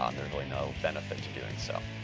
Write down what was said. um there's really no benefit to doing so.